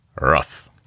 rough